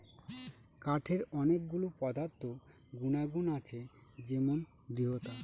কাঠের অনেক গুলো পদার্থ গুনাগুন আছে যেমন দৃঢ়তা